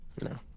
No